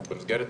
במסגרת